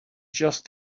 just